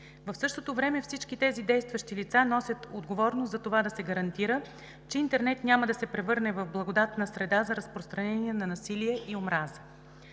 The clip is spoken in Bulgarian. В същото време всички тези действащи лица носят отговорност за това да се гарантира, че интернет няма да се превърне в благодатна среда за разпространение на насилие и омраза.